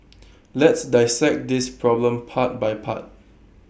let's dissect this problem part by part